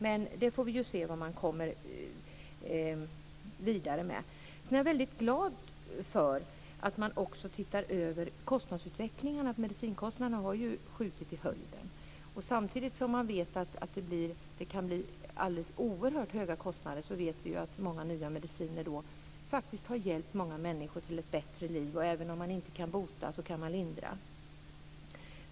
Men vi får se vad man kommer vidare med. Sedan är jag väldigt glad för att man också tittar över kostnadsutvecklingen. Medicinkostnaderna har ju skjutit i höjden. Samtidigt som det kan bli alldeles oerhört höga kostnader vet vi också att många nya mediciner faktiskt har hjälpt många människor till ett bättre liv, och även om man inte kan bota så kan man lindra.